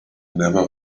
never